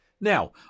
Now